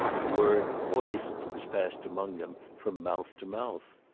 the word poison was passed among them from mouth to mouth!